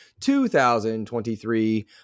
2023